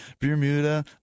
bermuda